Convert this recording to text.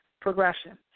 progression